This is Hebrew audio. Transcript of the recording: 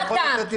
מה אתה?